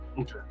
Okay